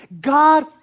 God